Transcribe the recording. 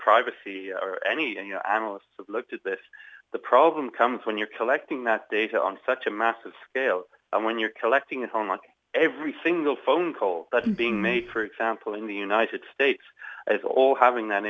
privacy any and you know analysts have looked at this the problem comes when you're collecting that data on such a massive scale when you're collecting a home like every single phone call being made for example in the united states as or having that